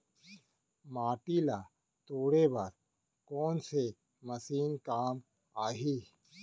माटी ल तोड़े बर कोन से मशीन काम आही?